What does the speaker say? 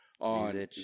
on